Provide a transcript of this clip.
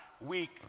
week